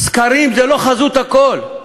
סקרים זה לא חזות הכול,